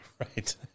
Right